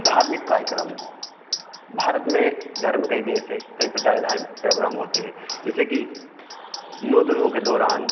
धार्मिक कार्यक्रम भारत में धर्म का ही देश है कई प्रकार के धार्मिक प्रोग्राम होते है जैसे कि के दौरान